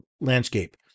landscape